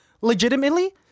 legitimately